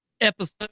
Episode